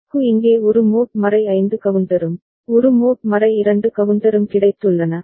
க்கு இங்கே ஒரு மோட் 5 கவுண்டரும் ஒரு மோட் 2 கவுண்டரும் கிடைத்துள்ளன